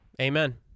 Amen